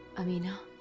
amina,